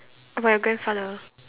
about your grandfather